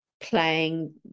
playing